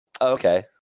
Okay